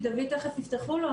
תיכף יפתחו לדויד את הזום,